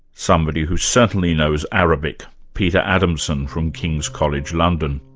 somebody who certainly knows arabic, peter adamson, from king's college, london.